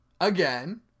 again